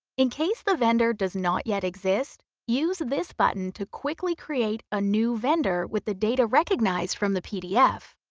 in case the vendor does not yet exist, use this button to quickly create a new vendor with the data recognized from the pdf.